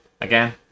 Again